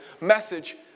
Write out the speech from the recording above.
message